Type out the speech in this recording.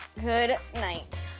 good night.